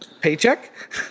Paycheck